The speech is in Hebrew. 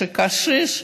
שקשיש,